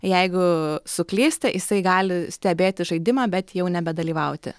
jeigu suklysta jisai gali stebėti žaidimą bet jau nebedalyvauti